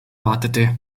wartete